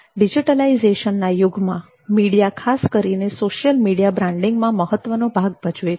ડીજીટલાઇઝેશનના યુગમાં મીડિયા ખાસ કરીને સોશિયલ મીડિયા બ્રાન્ડિંગમાં મહત્વનો ભાગ ભજવે છે